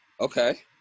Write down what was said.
Okay